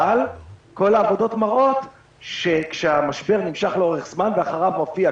אבל כל העבודות מראות שכאשר המשבר נמשך לאורך זמן ואחריו מופיע,